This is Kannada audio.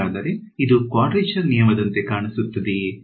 ಹಾಗಾದರೆ ಇದು ಕ್ವಾಡ್ರೇಚರ್ ನಿಯಮದಂತೆ ಕಾಣಿಸುತ್ತದೆಯೇ